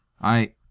I—